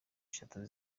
eshatu